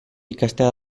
ikastea